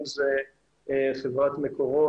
אם זאת חברת מקורות,